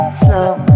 slow